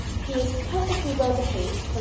he is perfectly well behaved, ah